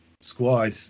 squad